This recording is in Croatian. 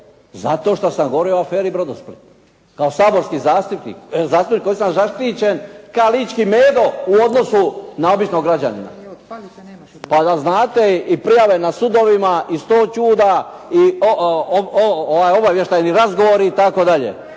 zato što sam govorio o aferi "Brodosplit" kao saborski zastupnik ostajem zaštićen kao lički medo u odnosu na običnog građanina. Pa da znate, i prijave na sudovima i sto čuda i obavještajni razgovori itd.,